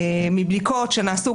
מבדיקות שנעשו,